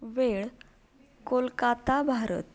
वेळ कोलकत्ता भारत